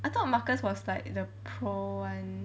I thought marcus was like the pro [one]